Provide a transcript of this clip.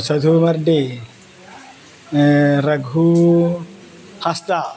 Sadhu Mardi Raghu Hansda